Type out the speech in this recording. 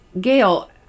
Gail